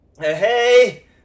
hey